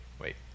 wait